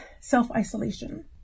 self-isolation